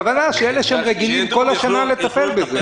הכוונה לאלה שרגילים כל השנה לטפל בזה.